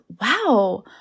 wow